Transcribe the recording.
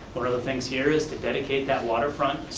one of the things here is to dedicate that waterfront